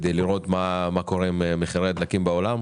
כדי לראות מה קורה עם מחירי הדלקים בעולם,